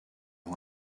who